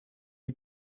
lui